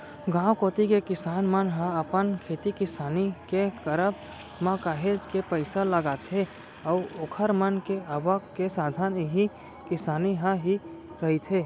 गांव कोती के किसान मन ह अपन खेती किसानी के करब म काहेच के पइसा लगाथे अऊ ओखर मन के आवक के साधन इही किसानी ह ही रहिथे